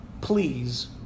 please